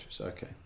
okay